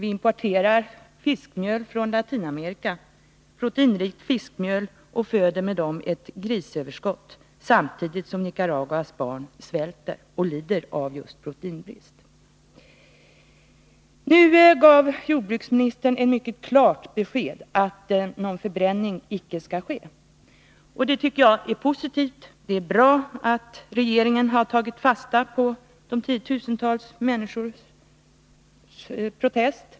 Vi importerar proteinrikt fiskmjöl från Latinamerika och föder med detta ett grisöverskott, samtidigt som Nicaraguas barn svälter och lider av just proteinbrist. Jordbruksministern gav ett mycket klart besked om att någon förbränning inte skall ske. Det är positivt. Det är bra att regeringen har tagit fasta på de 10 000-tals människornas protester.